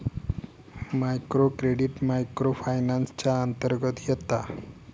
micro credit micro finance च्या अंतर्गत येता